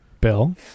bill